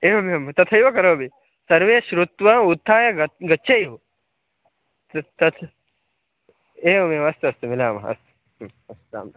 एवमेवं तथैव करोमि सर्वे श्रुत्वा उत्थाय गच् गच्छेयुः त तत् एवमेवम् अस्तु अस्तु मिलामः अस्तु अस्तु राम राम